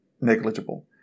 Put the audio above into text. negligible